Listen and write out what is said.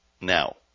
now